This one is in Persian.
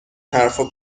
حرفها